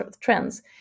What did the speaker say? trends